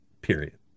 period